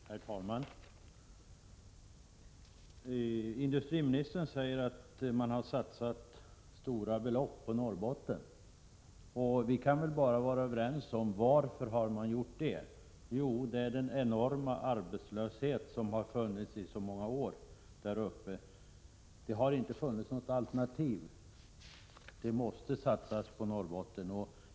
Herr talman! Industriministern säger att regeringen har satsat stora belopp på Norrbotten. Vi kan väl vara överens om varför: Jo, det är till följd av den enorma arbetslöshet som har funnits där uppe i så många år. Det har inte funnits något alternativ. Statsmakterna måste satsa på Norrbotten.